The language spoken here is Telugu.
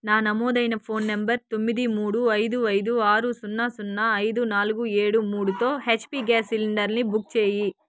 నా నమోదైన ఫోన్ నంబర్ తొమ్మిది మూడు ఐదు ఐదు ఆరు సున్నా సున్నా ఐదు నాలుగు ఏడు మూడుతో హెచ్పి గ్యాస్ సిలిండర్ని బుక్ చేయి